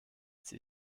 sie